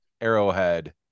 Arrowhead